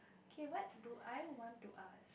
K what do I want to ask